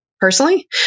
personally